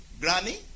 granny